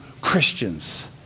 Christians